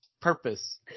purpose